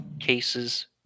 cases